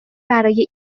برای